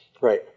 Right